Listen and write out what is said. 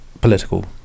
political